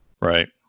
Right